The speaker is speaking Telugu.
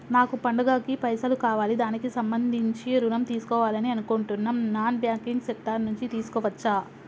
నాకు పండగ కి పైసలు కావాలి దానికి సంబంధించి ఋణం తీసుకోవాలని అనుకుంటున్నం నాన్ బ్యాంకింగ్ సెక్టార్ నుంచి తీసుకోవచ్చా?